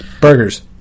burgers